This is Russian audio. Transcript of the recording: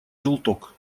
желток